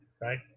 right